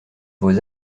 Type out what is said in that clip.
vos